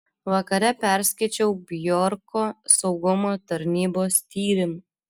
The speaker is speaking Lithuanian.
vakare perskaičiau bjorko saugumo tarnybos tyrimą